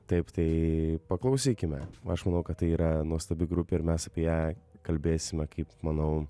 taip tai paklausykime aš manau kad tai yra nuostabi grupė ir mes apie ją kalbėsime kaip manau